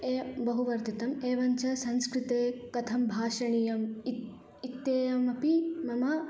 ये बहु वर्धितम् एवञ्च संस्कृते कथं भाषणीयम् इत् इत्येयम् अपि मम